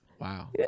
Wow